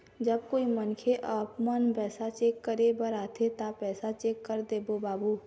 जब कोई मनखे आपमन पैसा चेक करे बर आथे ता पैसा चेक कर देबो बाबू?